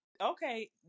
okay